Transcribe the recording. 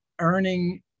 earning